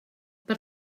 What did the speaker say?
per